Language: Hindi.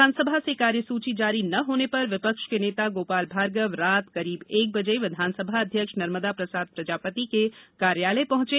विधानसभा से कार्यसूची जारी न होने पर विपक्ष के नेता गोपाल भार्गव रात करीब एक बजे विधानसभा अध्यक्ष नर्मेदा प्रसाद प्रजापती के कार्यालय पहुँचे